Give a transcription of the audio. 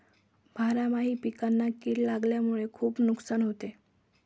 बारामाही पिकांना कीड लागल्यामुळे खुप नुकसान होते